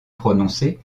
prononcé